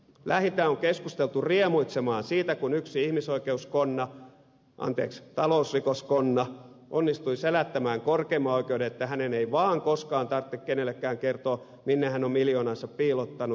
lähinnä on keskitytty riemuitsemaan siitä kun yksi talousrikoskonna onnistui selättämään korkeimman oikeuden että hänen ei vaan koskaan tarvitse kenellekään kertoa minne hän on miljoonansa piilottanut